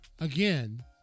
again